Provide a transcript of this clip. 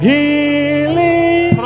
Healing